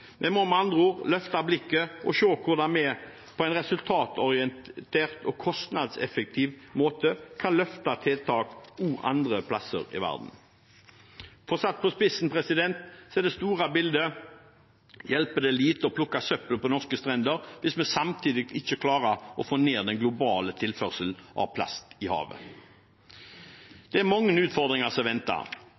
Vi må med andre ord løfte blikket og se hvordan vi på en resultatorientert og kostnadseffektiv måte kan løfte tiltak også andre steder i verden. Satt på spissen: I det store bildet hjelper det lite å plukke søppel på norske strender hvis vi samtidig ikke klarer å få ned den globale tilførselen av plast i havet. Det er mange utfordringer som venter,